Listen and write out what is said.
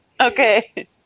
Okay